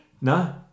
No